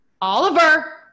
Oliver